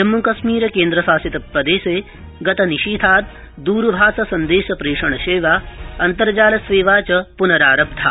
जम्मू कश्मीरे केन्द्रशासित प्रदेश गतनिशिथात् द्रभाष संदेश प्रेषण सेवा अन्त र्जाल सेवा प्नरारब्धा